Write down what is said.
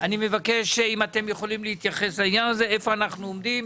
להגיד איפה אנחנו עומדים.